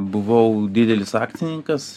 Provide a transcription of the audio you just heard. buvau didelis akcininkas